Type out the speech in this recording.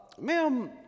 Ma'am